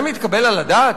זה מתקבל על הדעת?